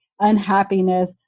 unhappiness